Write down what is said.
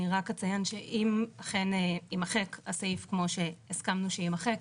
אני רק אציין שאם אכן יימחק הסעיף כמו שהסכמנו שיימחק,